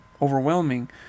overwhelming